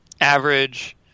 average